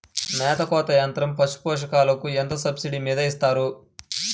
మేత కోత యంత్రం పశుపోషకాలకు ఎంత సబ్సిడీ మీద ఇస్తారు?